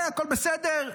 הכול בסדר,